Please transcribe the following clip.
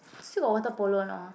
still got water polo or not ah